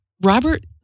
Robert